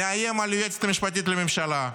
נאיים על היועצת המשפטית לממשלה,